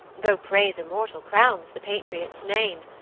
though praise immortal crowns the patriot's name,